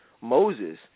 Moses